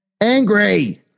Angry